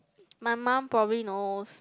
my mum probably knows